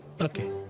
okay